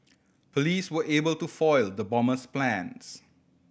police were able to foil the bomber's plans